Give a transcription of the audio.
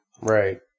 Right